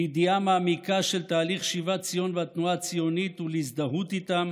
לידיעה מעמיקה של תהליך שיבת ציון והתנועה הציונית ולהזדהות איתם,